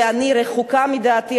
ואני רחוקה בדעתי,